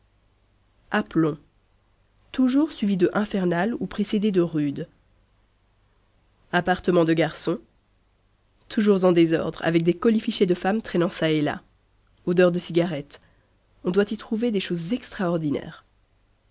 aplomb toujours suivi de infernal ou précédé de rude appartement de garçon toujours en désordre avec des colifichets de femme traînant ça et là odeur de cigarettes on doit y trouver des choses extraordinaires